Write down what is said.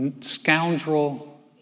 scoundrel